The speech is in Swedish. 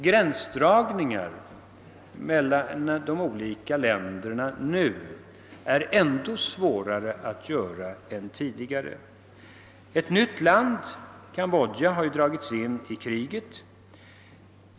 Gränsdragningen mellan de olika länderna är svårare att göra nu än tidigare. Ett nytt land, Kambodja, har dragits in i kriget.